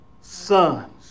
sons